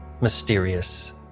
mysterious